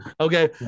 Okay